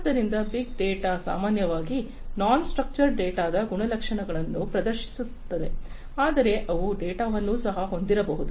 ಆದ್ದರಿಂದ big data ಸಾಮಾನ್ಯವಾಗಿ non structured ಡೇಟಾದ ಗುಣಲಕ್ಷಣಗಳನ್ನು ಪ್ರದರ್ಶಿಸುತ್ತದೆ ಆದರೆ ಅವು ಡೇಟಾವನ್ನು ಸಹ ಹೊಂದಿರಬಹುದು